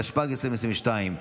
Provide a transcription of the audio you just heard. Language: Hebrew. התשפ"ב 2022,